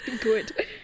Good